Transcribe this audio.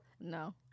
No